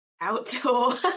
outdoor